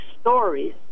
stories